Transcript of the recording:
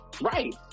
Right